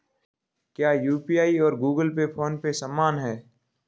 क्या यू.पी.आई और Google Pay PhonePe समान हैं?